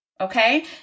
okay